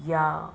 या